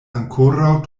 ankoraŭ